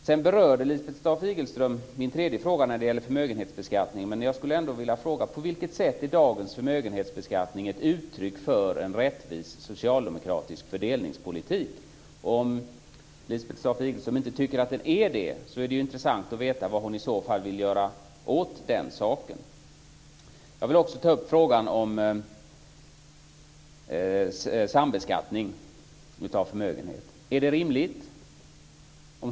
Lisbeth Staaf-Igelström berörde min tredje fråga när det gäller förmögenhetsbeskattning, men jag skulle ändå vilja fråga på vilket sätt dagens förmögenhetsbeskattning är ett uttryck för en rättvis socialdemokratisk fördelningspolitik. Om Lisbeth Staaf Igelström inte tycker att den är det är det intressant att veta vad hon i så fall vill göra åt den saken. Jag vill också ta upp frågan om sambeskattning av förmögenhet. Är det rimligt?